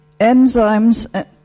enzymes